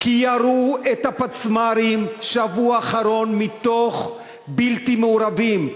כי ירו את הפצמ"רים בשבוע האחרון מתוך בלתי מעורבים.